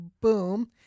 Boom